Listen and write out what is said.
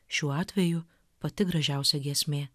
šiuo atveju pati gražiausia giesmė